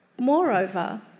Moreover